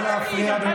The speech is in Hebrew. לא להפריע.